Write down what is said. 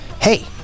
hey